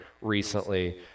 recently